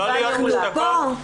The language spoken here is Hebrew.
הישיבה נעולה.